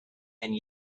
and